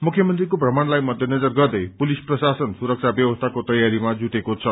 मुख्यमन्त्रीको भ्रमणलाई मध्यनजर गर्दै पुलिस प्रशासन सुरक्षा ब्यवस्थाको तयारीमा जुटेको छ